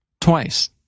twice